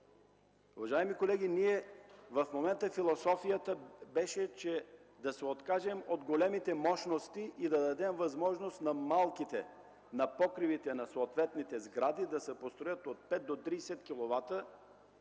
Уважаеми колеги, в момента философията беше да се откажем от големите мощности и да дадем възможност на малките – на покривите на съответните сгради да се построят от 5 до 30